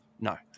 no